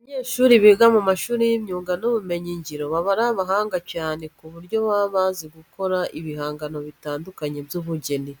Abanyeshuri biga mu mashuri y'imyuga n'ubumenyingiro baba ari abahanga cyane ku buryo baba bazi gukora ibihangano bitandukanye by'ubugeni.